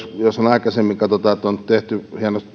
jos katsotaan että jos aikaisemmin on tehty